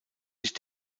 sich